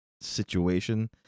situation